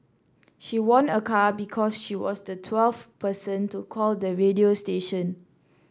she won a car because she was the twelfth person to call the radio station